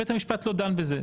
בית המשפט לא דן בזה.